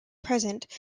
present